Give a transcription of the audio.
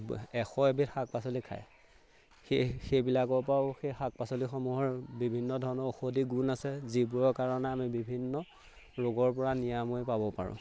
এশ এবিধ শাক পাচলি খায় সেই সেইবিলাকৰ পৰাও সেই শাক পাচলিসমূহৰ বিভিন্ন ধৰণৰ ঔষধি গুণ আছে যিবোৰৰ কাৰণে আমি বিভিন্ন ৰোগৰ পৰা নিৰাময় পাব পাৰোঁ